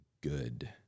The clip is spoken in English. good